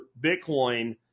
Bitcoin